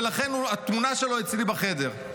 ולכן התמונה שלו אצלי בחדר.